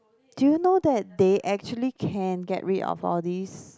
do you know they actually can get rid of all these